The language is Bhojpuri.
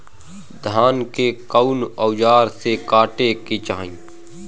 धान के कउन औजार से काटे के चाही?